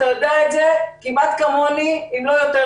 אתה יודע את זה כמעט כמוני אם לא טוב יותר,